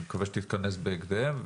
אני מקווה שתתכנס בהקדם,